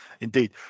Indeed